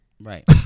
right